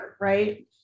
right